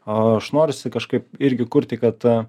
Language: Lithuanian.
norisi kažkaip irgi kurti kad